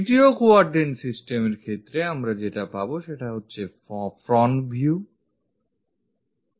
তৃতীয় quadrant systems এর ক্ষেত্রে আমরা যেটা পাবো সেটা হচ্ছে front view